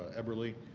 eberly.